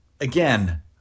again